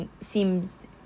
seems